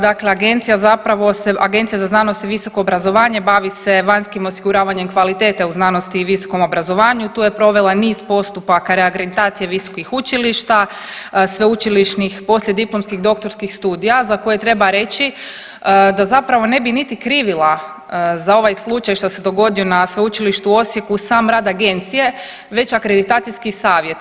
Dakle, agencija zapravo se, Agencija za znanost i visoko obrazovanje bavi se vanjskim osiguravanjem kvalitete u znanosti i visokom obrazovanju, tu je provela niz postupaka reakreditacije visokih učilišta, sveučilišnih poslijediplomskih i doktorskih studija za koje treba reći da zapravo ne bi krivila za ovaj slučaj što se dogodio na sveučilištu u Osijeku sam rad agencije već akreditacijski savjeti.